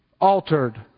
altered